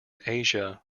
asia